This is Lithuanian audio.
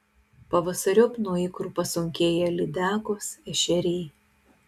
pavasariop nuo ikrų pasunkėja lydekos ešeriai